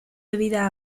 debida